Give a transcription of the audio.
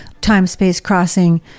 time-space-crossing